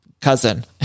cousin